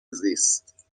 زیست